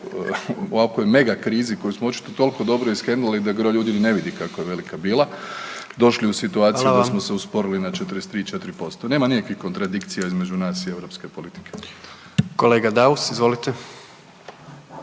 ovakvoj mega krizi koju smo očito tolko dobro iskrenuli da gro ljudi ni ne vidi kako je velika bila, došli u situaciju da smo se usporili na 43-'4%. Nema nikakvih kontradikcija između nas i europske politike. **Jandroković,